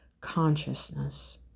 consciousness